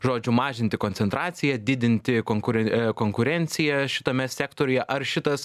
žodžiu mažinti koncentraciją didinti konkure konkurenciją šitame sektoriuje ar šitas